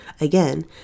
Again